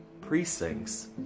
precincts